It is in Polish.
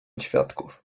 świadków